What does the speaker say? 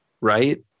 right